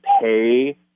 pay